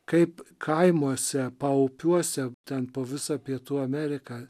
kaip kaimuose paupiuose ten po visą pietų ameriką